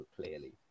clearly